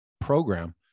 program